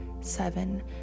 seven